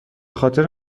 خاطر